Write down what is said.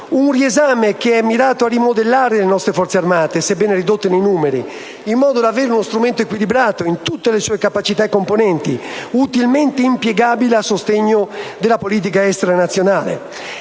Un riesame mirato a rimodellare le nostre Forze armate, sebbene ridotte nei numeri, in modo da avere uno strumento equilibrato in tutte le sue capacità e componenti, utilmente impiegabili a sostegno della politica estera e nazionale.